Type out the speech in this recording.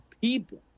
people